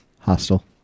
Hostile